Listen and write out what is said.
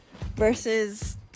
versus